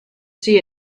see